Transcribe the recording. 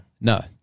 No